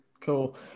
Cool